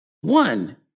One